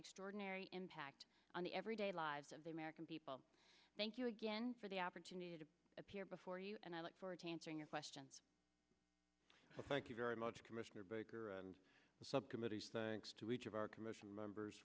extraordinary impact on the everyday lives of the american people thank you again for the opportunity to appear before you and i look forward to answering your question thank you very much commissioner baker and subcommittees thanks to each of our commission members